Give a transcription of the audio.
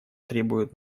требует